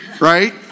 Right